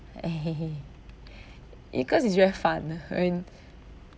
uh because it's very fun uh and